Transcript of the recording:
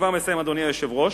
אדוני היושב-ראש,